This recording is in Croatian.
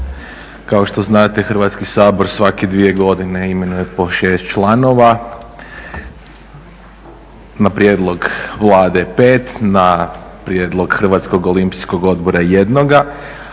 Kao što znate Hrvatski sabor svake dvije godine imenuje po 6 članova. Na prijedlog Vlade 5, na prijedlog Hrvatskog olimpijskog odbora 1, a